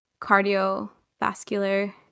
cardiovascular